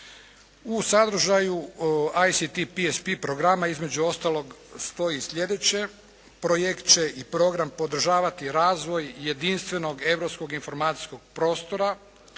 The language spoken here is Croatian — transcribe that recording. U sadržaju ICT PSP programa između ostalog stoji slijedeće. Projekt će i program podržavati razvoj jedinstvenog europskog informacijskog prostora,